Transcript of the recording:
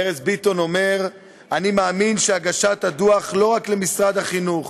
ארז ביטון אומר: "אני מאמין שהגשת הדוח לא רק למשרד החינוך